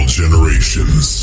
generations